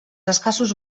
escassos